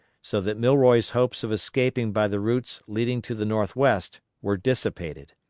so that milroy's hopes of escaping by the routes leading to the northwest were dissipated.